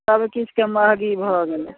सबचीजके महगी भऽ गेलै